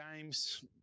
Games